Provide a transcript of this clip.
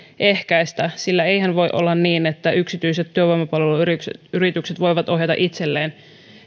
ehkäistä eihän voi olla niin että yksityiset työvoimapalveluyritykset voivat ohjata itselleen